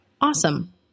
awesome